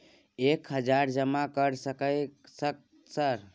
एक बार जमा कर सके सक सर?